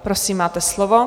Prosím, máte slovo.